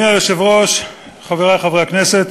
אדוני היושב-ראש, חברי חברי הכנסת,